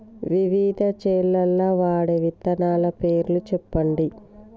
వివిధ చేలల్ల వాడే విత్తనాల పేర్లు చెప్పండి?